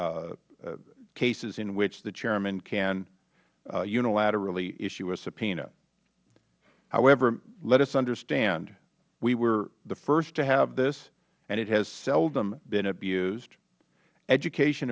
cases in which the chairman can unilaterally issue a subpoena however let us understand we were the first to have this and it has seldom been abused education